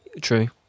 True